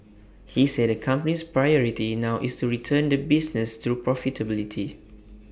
he said the company's priority now is to return the business to profitability